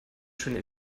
schöne